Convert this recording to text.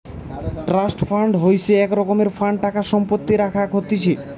trust fund হইসে এক রকমের ফান্ড টাকা সম্পত্তি রাখাক হতিছে